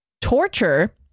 Torture